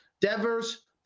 Devers